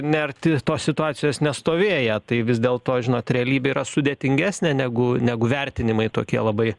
ne arti tos situacijos ne stovėję tai vis dėlto žinot realybė yra sudėtingesnė negu negu vertinimai tokie labai